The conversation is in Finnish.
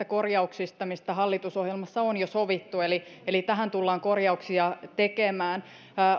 korjauksista mistä hallitusohjelmassa on jo sovittu eli eli tähän tullaan korjauksia tekemään